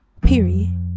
period